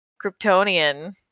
Kryptonian